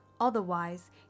otherwise